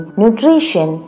nutrition